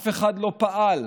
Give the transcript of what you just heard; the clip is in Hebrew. אף אחד לא פעל,